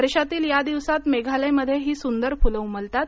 वर्षातील या दिवसांत मेघालयमध्ये ही सुंदर फूलं उमलतात